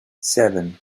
seven